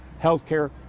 Healthcare